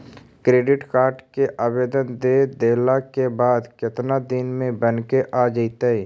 Credit card के आवेदन दे देला के बाद केतना दिन में बनके आ जइतै?